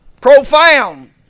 Profound